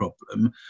problem